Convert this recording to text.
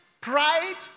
pride